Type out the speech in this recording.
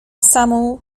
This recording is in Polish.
samą